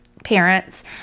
Parents